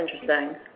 interesting